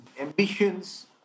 Ambitions